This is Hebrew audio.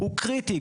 הוא קריטי.